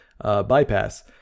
bypass